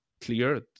clear